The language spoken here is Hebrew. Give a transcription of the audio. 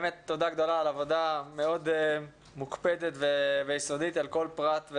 באמת תודה גדולה על עבודה מוקפדת מאוד ויסודית על כל פרט,